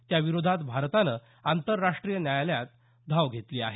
त्याविरोधात भारतानं आंतरराष्ट्रीय न्यायालयात धाव घेतली आहे